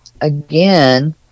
again